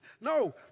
No